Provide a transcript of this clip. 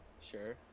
Sure